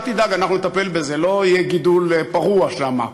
אל תדאג, אנחנו נטפל בזה, לא יהיה גידול פרוע שם.